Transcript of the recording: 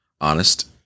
honest